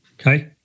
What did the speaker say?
Okay